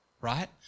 right